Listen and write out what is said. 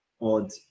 odd